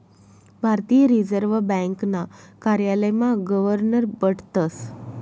भारतीय रिजर्व ब्यांकना कार्यालयमा गवर्नर बठतस